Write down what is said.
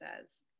says